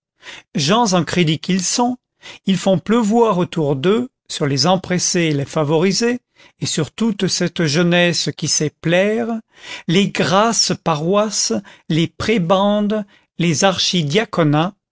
gens en crédit qu'ils sont ils font pleuvoir autour d'eux sur les empressés et les favorisés et sur toute cette jeunesse qui sait plaire les grasses paroisses les prébendes les